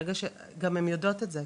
הן יודעות את זה,